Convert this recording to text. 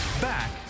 Back